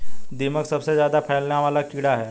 दीमक सबसे ज्यादा फैलने वाला कीड़ा है